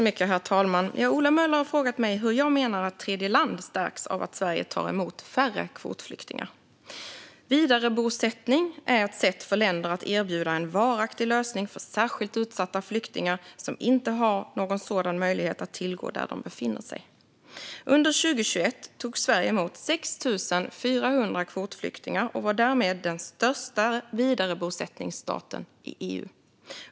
Herr talman! Ola Möller har frågat mig hur jag menar att tredjeland stärks av att Sverige tar emot färre kvotflyktingar. Vidarebosättning är ett sätt för länder att erbjuda en varaktig lösning för särskilt utsatta flyktingar som inte har någon sådan möjlighet att tillgå där de befinner sig. Under 2021 tog Sverige emot 6 400 kvotflyktingar och var därmed den största vidarebosättningsstaten i EU.